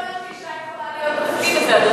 אדוני, האם גם אישה יכולה להיות בתפקיד הזה?